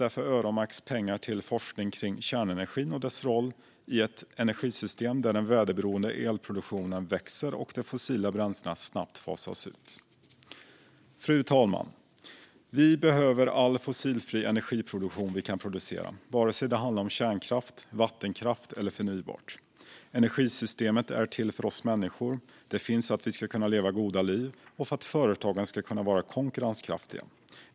Därför öronmärks pengar till forskning kring kärnenergin och dess roll i ett energisystem där den väderberoende elproduktionen växer och de fossila bränslena snabbt fasas ut. Fru talman! Vi behöver all fossilfri energiproduktion som vi kan producera, vare sig det handlar om kärnkraft, vattenkraft eller förnybart. Energisystemet är till för oss människor. Det finns för att vi ska kunna leva goda liv och för att företagen ska kunna vara konkurrenskraftiga.